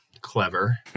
Clever